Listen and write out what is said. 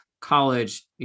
college